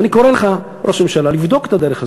ואני קורא לך, ראש הממשלה, לבדוק את הדרך הזאת.